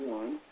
one